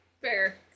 Fair